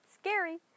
scary